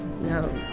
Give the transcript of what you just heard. No